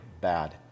Bad